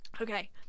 okay